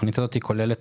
התוכנית הזאת כוללת